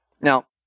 Now